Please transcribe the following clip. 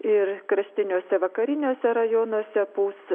ir kraštiniuose vakariniuose rajonuose pūs